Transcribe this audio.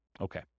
Okay